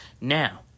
Now